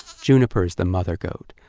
juniper is the mother goat,